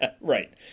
right